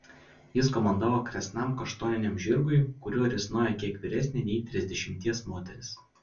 jis komandavo kresnam kaštoniniam žirgui kuriuo risnojo kiek vyresnė nei trisdešimties moteris